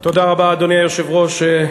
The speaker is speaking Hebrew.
אדוני היושב-ראש,